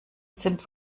sind